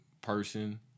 person